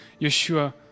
Yeshua